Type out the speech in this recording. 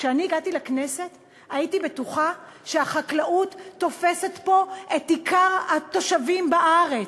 כשאני הגעתי לכנסת הייתי בטוחה שהחקלאות תופסת פה את עיקר התושבים בארץ.